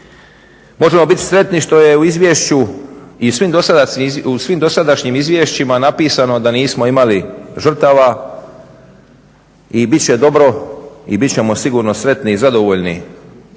Možemo biti sretni što je u izvješću i svim dosadašnjim izvješćima napisano da nismo imali žrtava i bit će dobro i bit ćemo sigurno sretni i zadovoljni